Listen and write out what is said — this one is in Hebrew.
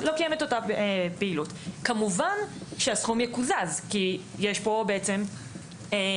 כמובן שהסכום יקוזז כי יש פה בעצם מעילה בכספים של ציבור,